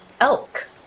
elk